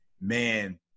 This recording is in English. man